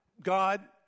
God